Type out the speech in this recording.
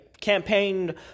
campaigned